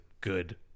good